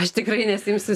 aš tikrai nesiimsiu